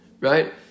right